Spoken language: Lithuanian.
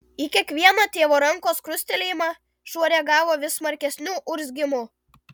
į kiekvieną tėvo rankos krustelėjimą šuo reagavo vis smarkesniu urzgimu